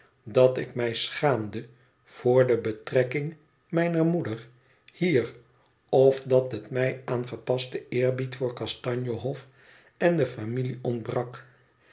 dat ik mij schaamde voor de betrekking mijner moeder hier of dat het mij aan gepasten eerbied voor kastanje hof en de familie ontbrak